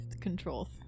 control